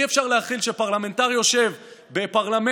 אי-אפשר להכיל שפרלמנטר יושב בפרלמנט,